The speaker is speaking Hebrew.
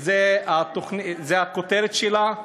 זו הכותרת שלה.